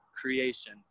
creation